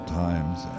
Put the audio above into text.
times